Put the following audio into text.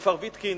כפר-ויתקין.